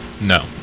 no